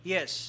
Yes